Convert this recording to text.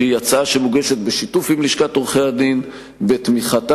שהיא הצעה שמוגשת בשיתוף עם לשכת עורכי-הדין ובתמיכתה.